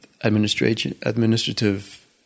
administrative